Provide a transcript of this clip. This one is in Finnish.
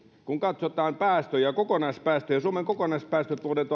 kun katsotaan päästöjä kokonaispäästöjä suomen kokonaispäästöt vuoden